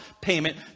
payment